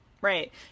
right